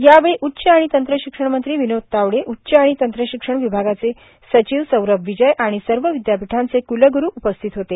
यावेळी उच्च आणि तंत्र शिक्षण मंत्री विनोद तावडे उच्च आणि तंत्रशिक्षण विभागाचे सचिव सौरभ विजय आणि सर्व विद्यापीठांचे क्लग्रु उपस्थित होते